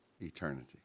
eternity